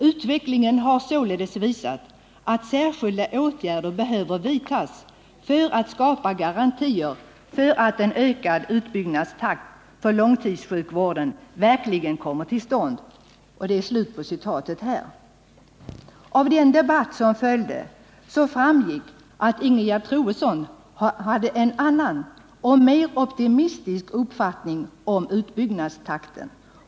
Utvecklingen har således visat att särskilda åtgärder behöver vidtas för att skapa garantier för att en ökad utbyggnadstakt för långtidssjukvården verkligen kommer till stånd.” Av den debatt som följde framgick att Ingegerd Troedsson hade en annan och mer optimistisk uppfattning om utbyggnadstakten.